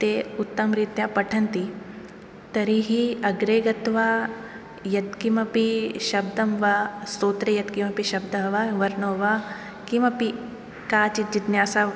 ते उत्तमरीत्या पठन्ति तर्हि अग्रे गत्वा यत्किमपि शब्दं वा स्तोत्रे यत्किमपि शब्दः वा वर्णो वा किमपि काचित् जिज्ञासा